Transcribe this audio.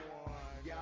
one